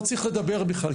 לא צריך לדבר בכלל,